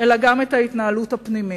אלא גם את ההתנהלות הפנימית,